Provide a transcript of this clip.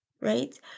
right